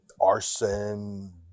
arson